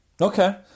Okay